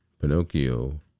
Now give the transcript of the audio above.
Pinocchio